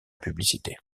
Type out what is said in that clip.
publicité